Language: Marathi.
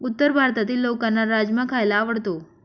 उत्तर भारतातील लोकांना राजमा खायला आवडतो